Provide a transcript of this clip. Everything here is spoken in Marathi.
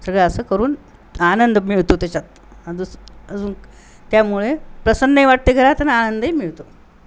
सगळं असं करून आनंद मिळतो त्याच्यात अज अजून त्यामुळे प्रसन्नही वाटते घरात आणि आनंद ही मिळतो